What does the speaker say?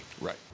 Right